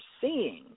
seeing